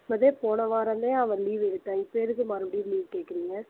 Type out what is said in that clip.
இப்போதான் போன வாரம்தான் அவன் லீவு எடுத்தான் இப்போ எதுக்கு மறுபுடியும் லீவு கேட்குறிங்க